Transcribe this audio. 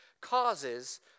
causes